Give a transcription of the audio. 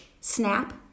snap